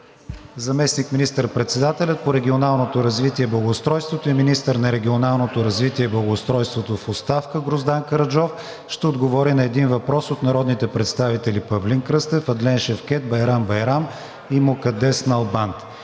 Заместник министър-председателят по регионалното развитие и благоустройството и министър на регионалното развитие и благоустройството в оставка Гроздан Караджов ще отговори на един въпрос от народните представители Павлин Кръстев, Адлен Шевкед, Байрам Байрам и Мукаддес Налбант.